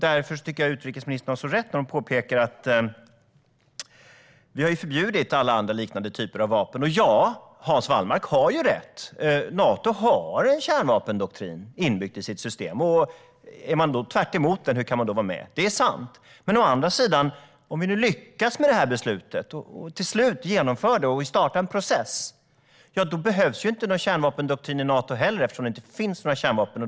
Därför tycker jag att utrikesministern har så rätt när hon påpekar att vi har förbjudit alla andra liknande typer av vapen. Hans Wallmark har rätt - Nato har en kärnvapendoktrin inbyggd i sitt system. Är man tvärtemot den, hur kan man då vara med? Det här är sant. Men å andra sidan: Om vi nu lyckas med det här beslutet och till slut genomför det och startar en process, då behövs ju inte någon kärnvapendoktrin i Nato heller, eftersom det inte finns några kärnvapen.